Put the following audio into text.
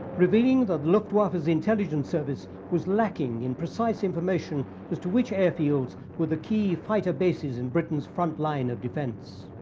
revealing the luftwaffe's intelligence service was lacking in precise information as to which airfields were the key fighter bases in britain's front line of defense.